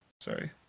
Sorry